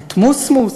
את מוסמוס,